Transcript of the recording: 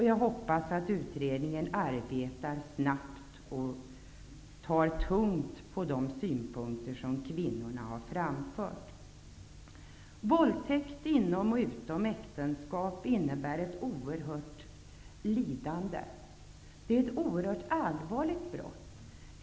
Jag hoppas att utredningen arbetar snabbt och tar allvarligt på de synpunkter som kvinnorna har framfört. Våldtäkt inom och utom äktenskapet innebär ett mycket stort lidande. Det är ett oerhört allvarligt brott.